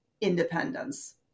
independence